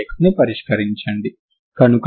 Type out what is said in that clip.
కనుక ఇది y 12i32